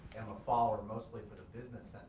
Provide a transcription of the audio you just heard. follower mostly for the business